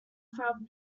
from